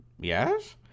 Yes